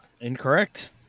incorrect